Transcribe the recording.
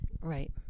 Right